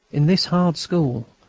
in this hard school,